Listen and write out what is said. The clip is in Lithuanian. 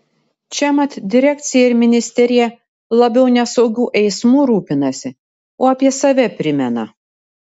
čia mat direkcija ir ministerija labiau ne saugiu eismu rūpinasi o apie save primena